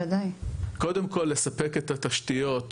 קודם כל לספק את התשתיות,